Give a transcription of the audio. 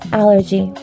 allergy